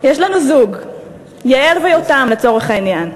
יש לנו זוג, יעל ויותם, לצורך העניין.